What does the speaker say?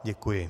Děkuji.